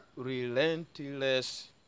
Relentless